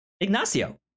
Ignacio